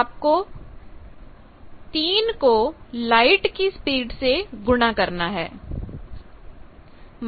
आपको 3 को लाइट की स्पीड से गुणा करना है